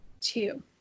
two